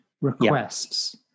requests